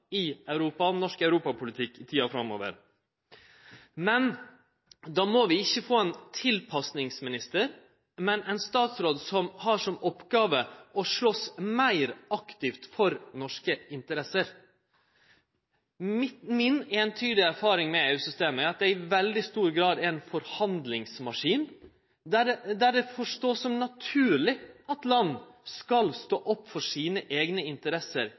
i Europa og norsk europapolitikk i tida framover. Men då må vi ikkje få ein tilpassingsminister, men ein statsråd som har som oppgåve å slåst meir aktivt for norske interesser. Mi eintydige erfaring med EU-systemet er at det i veldig stor grad er ein forhandlingsmaskin, der det vert forstått som naturleg at land skal stå opp for sine eigne interesser